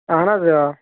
اہن حَظ آ